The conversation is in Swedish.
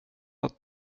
att